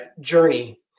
journey